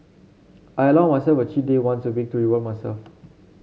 I allow myself a cheat day once a week to reward myself